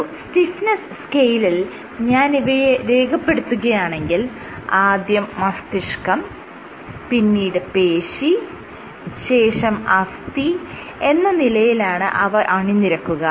ഒരു സ്റ്റിഫ്നെസ്സ് സ്കെയിലിൽ ഞാൻ ഇവയെ രേഖപ്പെടുത്തുകയാണെങ്കിൽ ആദ്യം മസ്തിഷ്കം പിന്നീട് പേശി ശേഷം അസ്ഥി എന്ന നിലയിലാണ് അവ അണിനിരക്കുക